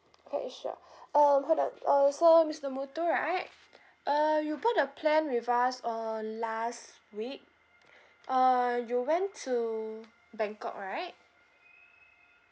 K sure um hold on uh so mister muthu right uh you bought a plan with us on last week uh you went to bangkok right